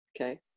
okay